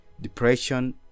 depression